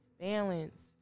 Balance